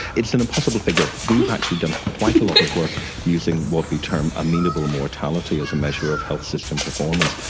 it's an impossible figure. we've actually done quite a lot of work using what we term amenable mortality as a measure of health system performance,